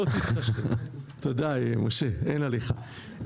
תודה משה, אין עליך.